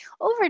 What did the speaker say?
over